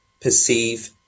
perceive